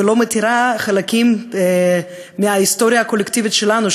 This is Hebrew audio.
ולא מותירה חלקים מההיסטוריה הקולקטיבית שלנו,